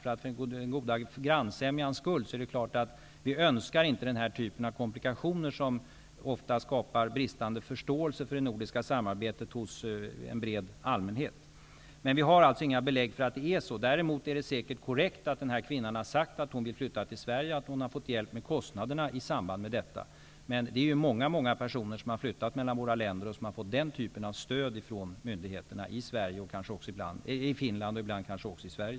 För den goda grannsämjans skull är det klart att vi inte önskar den här typen av komplikationer, som ofta skapar bristande förståelse för det nordiska samarbetet hos en bred allmänhet. Men vi har alltså inga belägg för att det är så att kvinnan blivit rekommenderad att flytta hit. Däremot är det säkert korrekt att kvinnan har sagt att hon vill flytta till Sverige och att hon har fått hjälp med kostnaderna i samband med flytten, men det är ju många många personer som har flyttat mellan våra länder och som har fått den typen av stöd från myndigheterna, i Finland och ibland kanske också i Sverige.